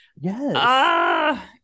yes